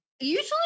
usually